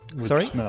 sorry